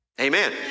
Amen